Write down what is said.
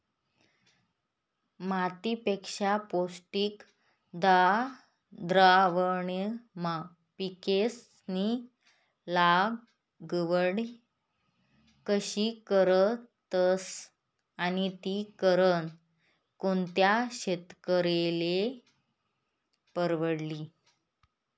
मातीपेक्षा पौष्टिक द्रावणमा पिकेस्नी लागवड कशी करतस आणि ती करनं कोणता शेतकरीले परवडी?